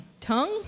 Tongue